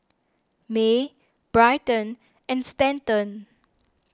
Mae Bryton and Stanton